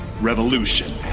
revolution